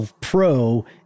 Pro